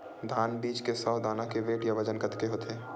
धान बीज के सौ दाना के वेट या बजन कतके होथे?